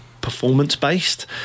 performance-based